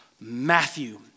Matthew